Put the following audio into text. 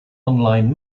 online